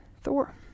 Thor